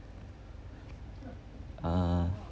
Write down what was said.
uh